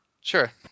Sure